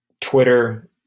Twitter